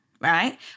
right